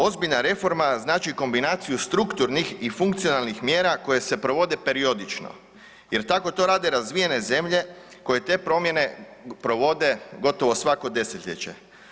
Ozbiljna reforma znači kombinaciju strukturnih i funkcionalnih mjera koje se provode periodično jer tako to rade razvijene zemlje koje te promjene provede gotovo svako desetljeće.